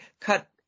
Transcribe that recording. cut